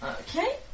Okay